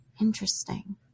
interesting